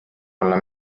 olla